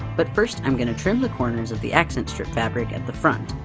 but first i'm going to trim the corners of the accent strip fabric at the front,